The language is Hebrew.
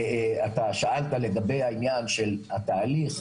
שאלת לגבי העניין של תהליך,